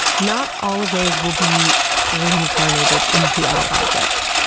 not all of those will be reincarnated into other objects.